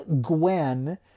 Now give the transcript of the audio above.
gwen